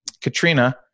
Katrina